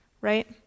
right